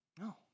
No